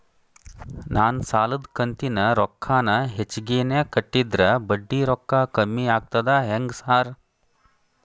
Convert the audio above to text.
ನಾನ್ ಸಾಲದ ಕಂತಿನ ರೊಕ್ಕಾನ ಹೆಚ್ಚಿಗೆನೇ ಕಟ್ಟಿದ್ರ ಬಡ್ಡಿ ರೊಕ್ಕಾ ಕಮ್ಮಿ ಆಗ್ತದಾ ಹೆಂಗ್ ಸಾರ್?